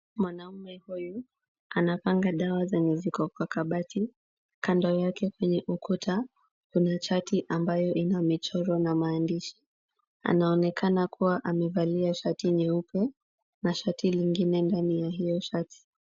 Mwanamume huyu anapanga dawa zenye ziko kwa kabati, kando yake kwenye ukuta kuna chati ambayo ina michoro na maandishi, anaonekana kuwa amevalia shati nyeupe na shati lingine ndani ya hiyo shati.